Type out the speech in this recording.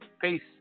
Peace